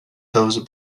those